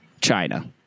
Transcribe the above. china